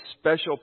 special